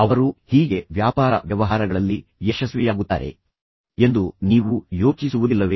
ಅವರು ಹೀಗೆ ವ್ಯಾಪಾರ ವ್ಯವಹಾರಗಳಲ್ಲಿ ಯಶಸ್ವಿಯಾಗುತ್ತಾರೆ ಎಂದು ನೀವು ಯೋಚಿಸುವುದಿಲ್ಲವೇ